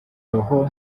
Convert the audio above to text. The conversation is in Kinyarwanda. roho